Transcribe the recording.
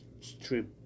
strip